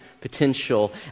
potential